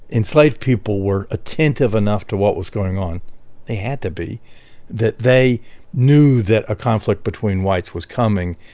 enslaved people were attentive enough to what was going on they had to be that they knew that a conflict between whites was coming.